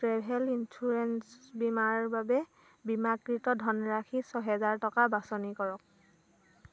travel insurance বীমাৰ বাবে বীমাকৃত ধনৰাশিৰ ছহেজাৰ বাছনি কৰক